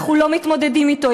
אנחנו לא מתמודדים אתו,